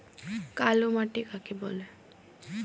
কালো মাটি কাকে বলে?